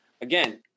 again